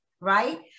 right